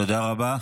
תודה רבה.